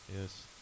Yes